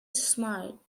smile